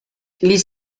les